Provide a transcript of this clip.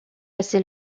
assez